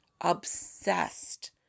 obsessed